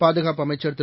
பாதுகாப்பு அமைச்சர் திரு